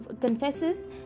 confesses